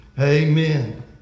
Amen